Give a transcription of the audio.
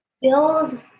build